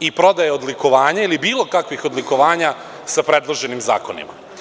i prodaje odlikovanja ili bilo kakvih odlikovanja sa predloženim zakonima.